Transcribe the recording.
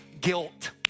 guilt